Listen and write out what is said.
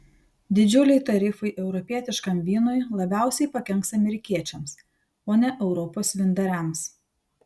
didžiuliai tarifai europietiškam vynui labiausiai pakenks amerikiečiams o ne europos vyndariams